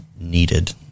needed